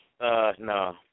no